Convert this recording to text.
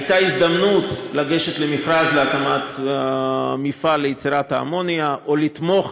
הייתה הזדמנות לגשת למכרז להקמת המפעל ליצירת אמוניה או לתמוך